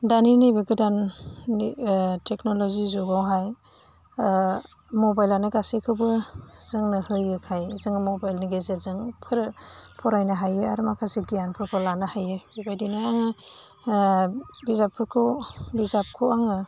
दानि नैबे गोदान नै टेक्न'लजि जुगावहाय मबाइलानो गासैखौबो जोंनो होयोखाय जोङो मबाइलनि गेजेरजों फरायनो हायो आरो माखासे गियानफोरखौ लानो हायो बेबायदिनो आङो बिजाबफोरखौ बिजाबखौ आङो